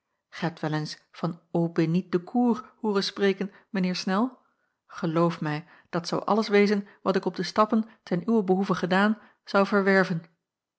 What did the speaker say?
hebt wel eens van eau bénite de cour hooren spreken mijn heer snel geloof mij dat zou alles wezen wat ik op de stappen ten uwen behoeve gedaan zou verwerven